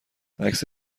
عکس